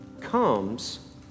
comes